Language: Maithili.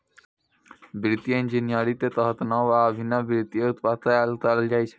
वित्तीय इंजीनियरिंग के तहत नव आ अभिनव वित्तीय उत्पाद तैयार कैल जाइ छै